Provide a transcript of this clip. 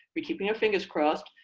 we're keeping our fingers crossed.